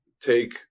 take